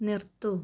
നിർത്തൂ